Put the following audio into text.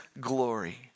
glory